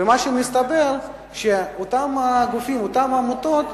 ומה שמסתבר הוא שאותם גופים, אותן עמותות,